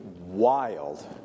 wild